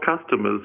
customers